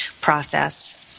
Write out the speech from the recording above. process